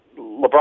LeBron